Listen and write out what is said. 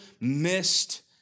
missed